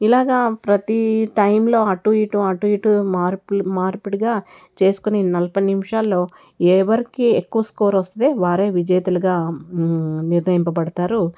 ఇలాగ ప్రతి టైంలో అటు ఇటు అటు ఇటు మార్పులు మార్పిడిగా చేసుకునే నలబై నిమిషాల్లో ఎవరికి ఎక్కువ స్కోరు వస్తుందో వారే విజేతలుగా నిర్ణయింపబడతారు